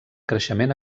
creixement